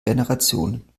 generationen